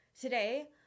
Today